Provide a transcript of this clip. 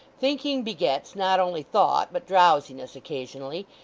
thinking begets, not only thought, but drowsiness occasionally,